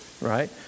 right